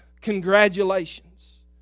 Congratulations